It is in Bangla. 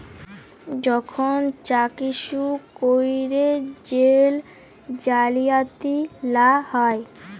যখল চ্যাক ইস্যু ক্যইরে জেল জালিয়াতি লা হ্যয়